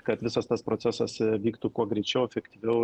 kad visas tas procesas vyktų kuo greičiau efektyviau